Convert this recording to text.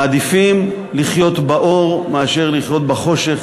מעדיף לחיות באור מאשר לחיות בחושך,